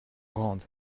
grande